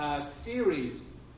series